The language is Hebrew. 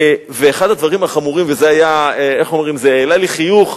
ואחד הדברים החמורים, וזה העלה לי חיוך,